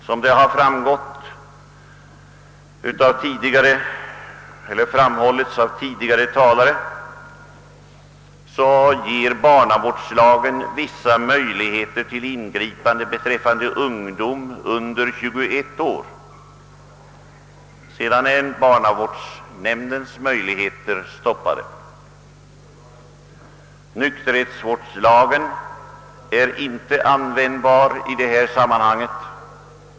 Som tidigare talare nämnt ger barnavårdslagen vissa möjligheter till ingripande när det gäller ungdom under 21 år, men vid denna åldersgräns upphör barnavårdsnämndens befogenheter. Nykterhetsvårdslagen är inte användbar i detta sammanhang.